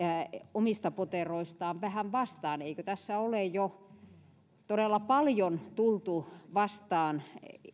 omista poteroistaan vähän vastaan eikö tässä ole jo todella paljon tultu vastaan